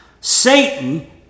Satan